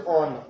on